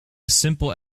simple